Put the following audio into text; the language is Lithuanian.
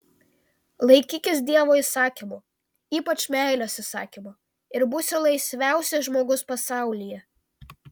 laikykis dievo įsakymų ypač meilės įsakymo ir būsi laisviausias žmogus pasaulyje